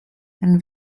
and